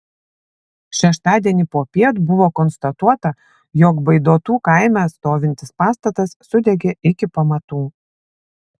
šeštadienį popiet buvo konstatuota jog baidotų kaime stovintis pastatas sudegė iki pamatų